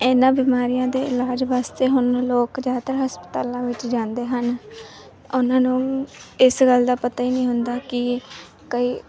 ਇਹਨਾਂ ਬਿਮਾਰੀਆਂ ਦੇ ਇਲਾਜ ਵਾਸਤੇ ਹੁਣ ਲੋਕ ਜ਼ਿਆਦਾਤਰ ਹਸਪਤਾਲਾਂ ਵਿੱਚ ਜਾਂਦੇ ਹਨ ਉਹਨਾਂ ਨੂੰ ਇਸ ਗੱਲ ਦਾ ਪਤਾ ਹੀ ਨਹੀਂ ਹੁੰਦਾ ਕਿ ਕਈ